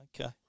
okay